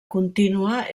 contínua